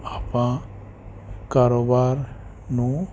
ਆਪਾਂ ਕਾਰੋਬਾਰ ਨੂੰ